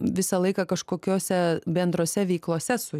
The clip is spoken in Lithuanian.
visą laiką kažkokiose bendrose veiklose su